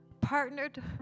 partnered